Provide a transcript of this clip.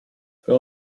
fue